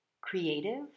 creative